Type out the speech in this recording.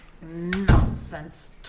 Nonsense